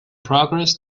progress